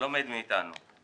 לומד מאיתנו.